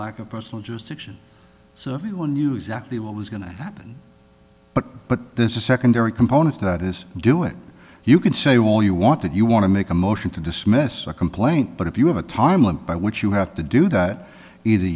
of personal just action so everyone knew exactly what was going to happen but but there's a secondary component that is do it you can say all you want that you want to make a motion to dismiss a complaint but if you have a time limit by which you have to do that either